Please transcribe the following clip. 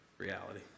reality